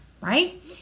right